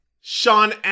Sean